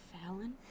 Fallon